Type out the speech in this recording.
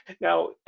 Now